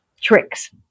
tricks